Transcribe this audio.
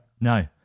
No